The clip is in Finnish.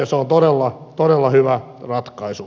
se on todella hyvä ratkaisu